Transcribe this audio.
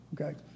Okay